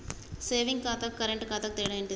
Saving ఖాతాకు current ఖాతాకు తేడా ఏంటిది?